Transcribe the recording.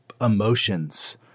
emotions